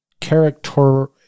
character